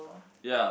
ya